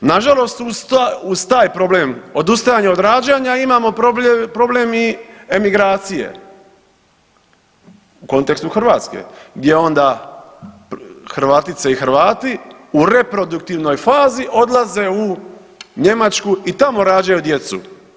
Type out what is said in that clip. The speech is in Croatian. Na žalost uz taj problem odustajanja od rađanja imamo problem i emigracije u kontekstu Hrvatske gdje onda Hrvatice i Hrvati u reproduktivnoj fazi odlaze u Njemačku i tamo rađaju djecu.